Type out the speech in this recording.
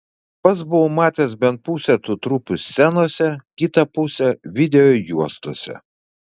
pats buvau matęs bent pusę tų trupių scenose kitą pusę videojuostose